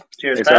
Cheers